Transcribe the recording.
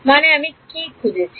মানে আমি কি খুঁজছি